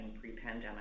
pre-pandemic